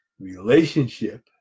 relationship